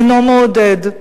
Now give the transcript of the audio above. אינו מעודד.